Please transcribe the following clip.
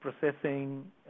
processing